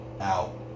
out